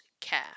care